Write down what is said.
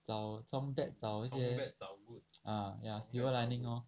找从 bad 找一些 ah ya silver lining lor